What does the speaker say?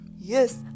yes